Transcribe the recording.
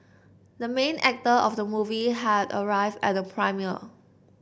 the main actor of the movie had arrived at the premiere